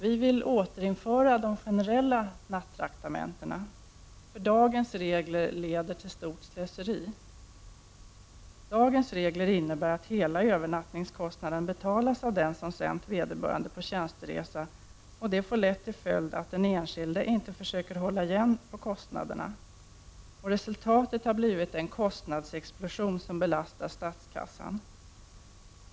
Vi vill återinföra de generella nattraktamentena, för dagens regler leder till stort slöseri. Dagens regler innebär att hela övernattningskostnaden betalas av den som sänt vederbörande på tjänsteresa, och det får lätt till följd att den enskilde inte försöker hålla igen på kostnaderna. Resultatet har blivit en kostnadsexplosion som belastar statskassan.